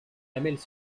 lamelles